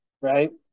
Right